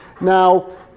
Now